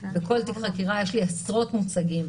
בכל תיק חקירה יש לי עשרות מוצגים.